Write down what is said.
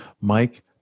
mike